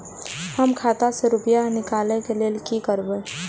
हम खाता से रुपया निकले के लेल की करबे?